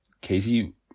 Casey